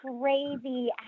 crazy